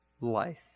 life